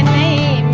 a